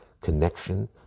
connection